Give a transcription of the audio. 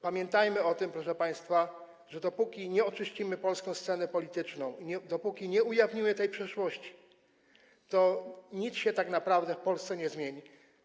Pamiętajmy o tym, proszę państwa, że dopóki nie oczyścimy polskiej sceny politycznej i dopóki nie ujawnimy tej przeszłości, to nic się tak naprawdę w Polsce nie zmieni.